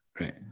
right